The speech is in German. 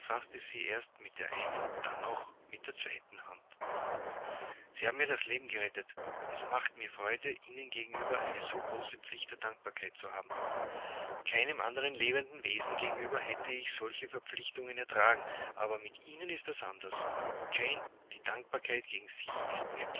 sie erst mit der einen dann auch mit der zweiten hand sie haben mir das leben gerettet es macht mir freude ihnen gegenüber eine so große pflicht der dankbarkeit zu haben keinem andern lebenden wesen gegenüber hätte ich solche verpflichtungen ertragen aber mit ihnen ist es anders jane die dankbarkeit gegen sie ist mir